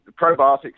Probiotics